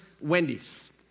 Wendy's